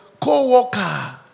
co-worker